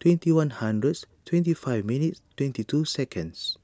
twenty one hundreds twenty five minutes twenty two seconds